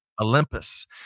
Olympus